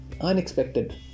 unexpected